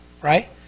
right